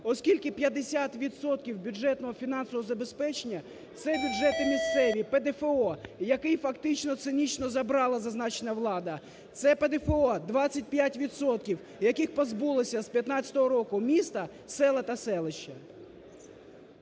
оскільки 50 відсотків бюджетного фінансового забезпечення – це бюджети місцеві, ПДФО, який фактично цинічно забрала зазначена влада. Це ПДФО – 25 відсотків, яких позбулося з 2015 року міста, села та селища.